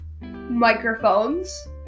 microphones